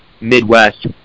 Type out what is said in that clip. Midwest